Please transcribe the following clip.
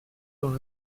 dans